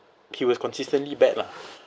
he was consistently bad lah